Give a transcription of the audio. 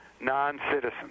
non-citizens